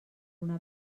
una